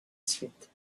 suite